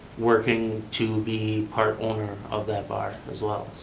working to be part owner of that bar as well.